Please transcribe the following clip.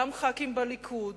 גם חברי כנסת מהליכוד,